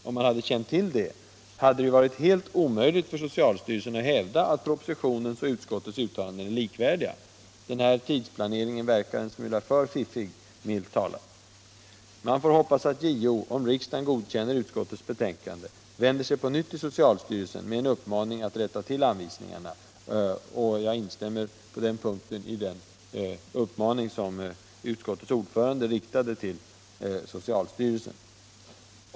Om man hade känt till detta, hade det ju varit helt Vissa abortfrågor omöjligt för socialstyrelsen att hävda att propositionens och utskottets uttalanden är likvärdiga. Den här tidsplaneringen verkar en smula för fiffig, milt talat! Man får hoppas att JO, om riksdagen godkänner utskottets betänkande, på nytt vänder sig till socialstyrelsen med en uppmaning att rätta till anvisningarna. Jag instämmer på den punkten i den uppmaning som utskottets ordförande riktade till socialstyrelsen.